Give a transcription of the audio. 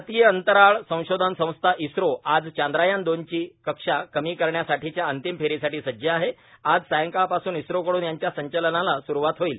भारतीय अंतराळ संशोधन संस्था इस्रो आज चांद्रयान दोनची कक्षा कमी करण्यासाठीच्या अंतिम फेरीसाठी सज्ज आहे आज सायंकाळपासून इस्रोकडून याच्या संचालनाला सुरूवात होईल